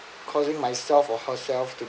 causing myself or herself to